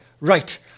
Right